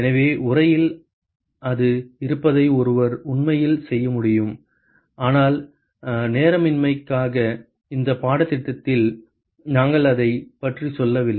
எனவே உரையில் அது இருப்பதை ஒருவர் உண்மையில் செய்ய முடியும் ஆனால் நேரமின்மைக்காக இந்தப் பாடத்திட்டத்தில் நாங்கள் அதைப் பற்றிச் செல்லவில்லை